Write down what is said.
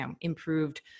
improved